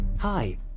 Hi